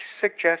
suggest